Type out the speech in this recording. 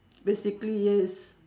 basically yes